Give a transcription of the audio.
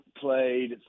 played